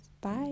bye